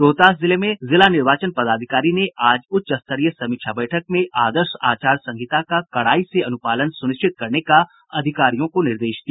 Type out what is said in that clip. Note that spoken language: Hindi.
रोहतास जिले में जिला निर्वाचन पदाधिकारी ने आज उच्च स्तरीय समीक्षा बैठक में आदर्श आचार संहिता का कड़ाई से अनुपालन सुनिश्चित करने का अधिकारियों को निर्देश दिया